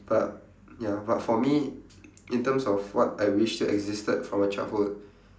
but ya but for me i~ in terms of what I wish still existed from my childhood